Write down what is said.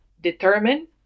determine